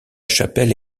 chapelle